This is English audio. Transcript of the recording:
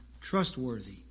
trustworthy